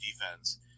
defense